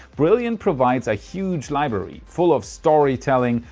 brilliant provides a huge library full of storytelling,